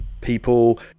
people